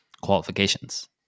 qualifications